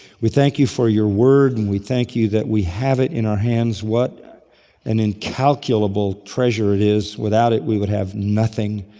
we thank you for your word and we thank you that we have it in our hands. what an incalculable treasure it is, without it we would have nothing.